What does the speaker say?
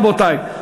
רבותי,